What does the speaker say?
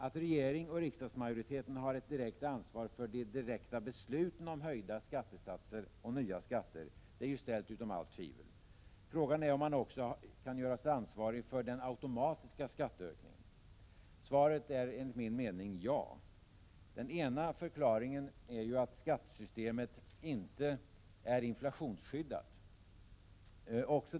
Att regeringen och riksdagsmajoriteten har ett direkt ansvar för de direkta besluten om höjda skattesatser och nya skatter är ju ställt utom allt tvivel. Frågan är om de också kan göras ansvariga för den automatiska skattehöjningen. Svaret är enligt min mening ja. Den ena förklaringen är att skattesystemet inte är inflationsskyddat.